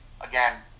Again